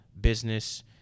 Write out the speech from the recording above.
business